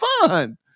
fun